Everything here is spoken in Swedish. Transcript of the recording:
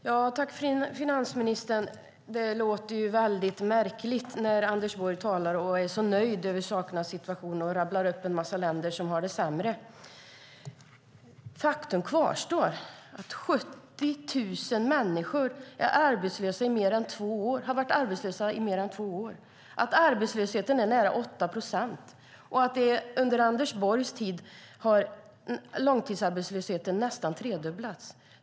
Herr talman! Det låter märkligt när Anders Borg talar, är så nöjd över sakernas situation och rabblar upp en mängd länder som har det sämre. Faktum kvarstår att 70 000 människor har varit arbetslösa i mer än två år, att arbetslösheten är nära 8 procent och att under Anders Borgs tid har långtidsarbetslösheten nästan tredubblats.